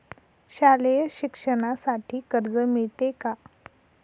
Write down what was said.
शालेय शिक्षणासाठी कर्ज मिळते का?